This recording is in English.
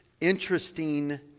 interesting